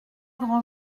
grand